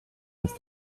since